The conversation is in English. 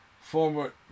former